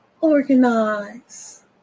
organize